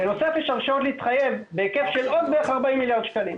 בנוסף יש הרשאות להתחייב של עוד בערך 40 מיליארד שקלים.